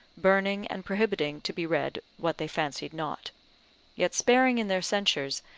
burning and prohibiting to be read what they fancied not yet sparing in their censures,